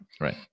Right